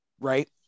Right